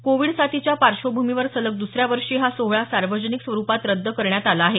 Covid साथीच्या पार्श्वभूमीवर सलग दसऱ्या वर्षी हा सोहळा सार्वजनिक स्वरुपात रद्द करण्यात आला आहे